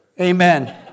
Amen